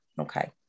okay